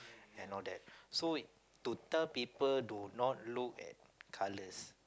and all that so to tell people do not look at colours